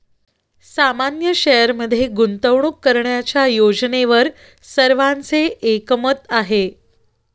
सामान्य शेअरमध्ये गुंतवणूक करण्याच्या योजनेवर सर्वांचे एकमत आहे